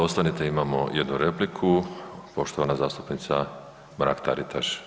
Ostanite, imamo jednu repliku, poštovana zastupnica Mrak Taritaš.